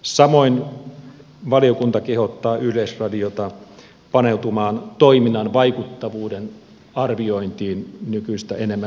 samoin valiokunta kehottaa yleisradiota paneutumaan toiminnan vaikuttavuuden arviointiin nykyistä enemmän